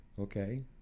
Okay